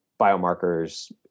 biomarkers